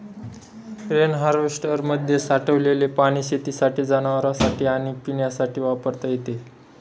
rain हार्वेस्टरमध्ये साठलेले पाणी शेतीसाठी, जनावरांनासाठी आणि पिण्यासाठी वापरता येते